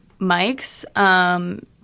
mics